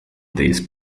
these